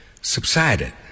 subsided